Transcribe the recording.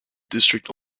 district